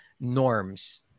norms